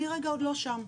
אני רגע עוד לא שם.